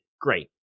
great